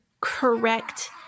correct